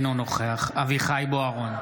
אינו נוכח אביחי אברהם בוארון,